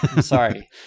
sorry